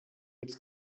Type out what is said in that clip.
als